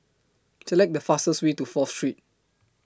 Select The fastest Way to Fourth Street